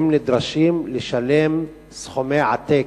הם נדרשים לשלם סכומי עתק.